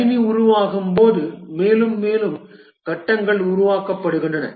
கணினி உருவாகும்போது மேலும் மேலும் கட்டங்கள் உருவாக்கப்படுகின்றன